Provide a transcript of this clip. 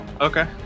Okay